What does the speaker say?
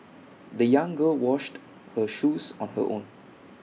the young girl washed her shoes on her own